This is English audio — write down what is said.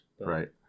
Right